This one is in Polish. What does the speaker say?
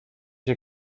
się